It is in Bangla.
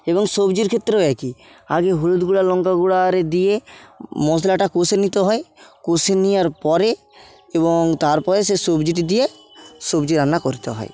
এবং সবজির ক্ষেত্রেও একই আগে হলুদ গুঁড়া লঙ্কা গুঁড়া আর এ দিয়ে মশলাটা কষে নিতে হয় কষে নিয়ার পরে এবং তারপরে সে সবজিটি দিয়ে সবজি রান্না করতে হয়